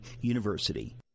University